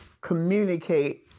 communicate